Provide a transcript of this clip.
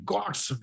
God's